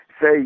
say